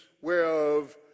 whereof